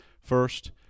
first